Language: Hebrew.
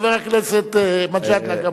חבר הכנסת מג'אדלה,